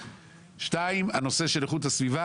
שנית, נושא איכות הסביבה